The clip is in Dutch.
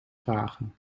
vragen